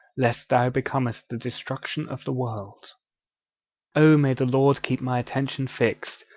lest thou becomest the destruction of the world oh, may the lord keep my attention fixed,